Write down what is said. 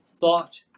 thought